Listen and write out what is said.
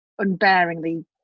unbearingly